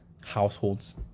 households